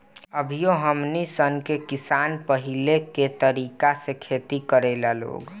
अभियो हमनी सन के किसान पाहिलके तरीका से खेती करेला लोग